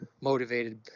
motivated